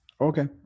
Okay